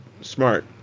smart